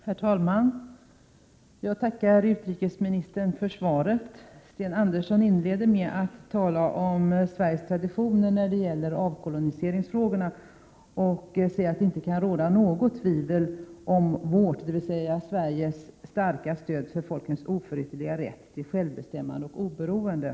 Herr talman! Jag tackar utrikesministern för svaret. Sten Andersson inledde med att tala om Sveriges traditioner när det gäller avkoloniseringsfrågorna och sade: ”Det kan inte råda något tvivel om vårt starka stöd för folkens oförytterliga rätt till självbestämmande och oberoende.